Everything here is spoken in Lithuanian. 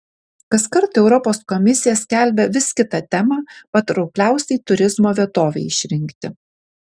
kaskart europos komisija skelbia vis kitą temą patraukliausiai turizmo vietovei išrinkti